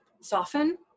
soften